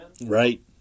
right